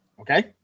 Okay